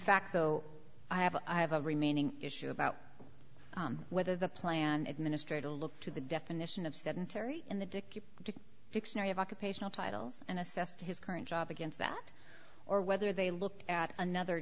fact so i have i have a remaining issue about whether the plan administrator look to the definition of sedentary in the dik dik dictionary of occupational titles and assessed his current job against that or whether they looked at another